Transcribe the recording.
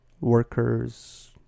Workers